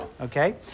okay